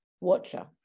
watcher